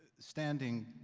standing